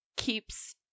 keeps